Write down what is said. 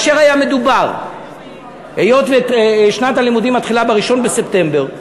היות ששנת הלימודים מתחילה ב-1 בספטמבר,